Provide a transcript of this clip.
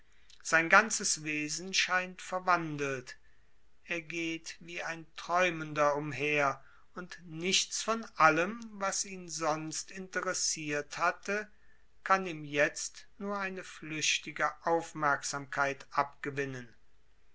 sein ganzes wesen scheint verwandelt er geht wie ein träumender umher und nichts von allem was ihn sonst interessiert hatte kann ihm jetzt nur eine flüchtige aufmerksamkeit abgewinnen